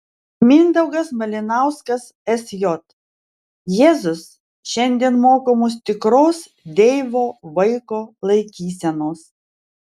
mindaugas malinauskas sj jėzus šiandien moko mus tikros deivo vaiko laikysenos